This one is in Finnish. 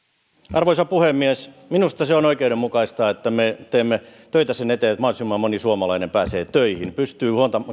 arvoisa puhemies minusta se on oikeudenmukaista että me teemme töitä sen eteen että mahdollisimman moni suomalainen pääsee töihin ja pystyy